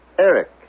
Eric